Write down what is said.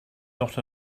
dot